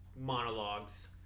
monologues